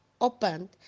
opened